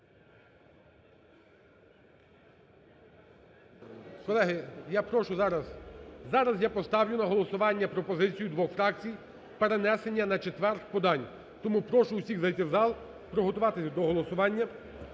колеги, я прошу зараз.... Зараз я поставлю на голосування пропозицію двох фракцій – перенесення на четвер подань. Тому прошу усіх зайти в зал, приготуватися до голосування.